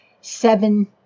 seven